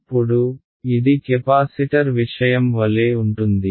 ఇప్పుడు ఇది కెపాసిటర్ విషయం వలే ఉంటుంది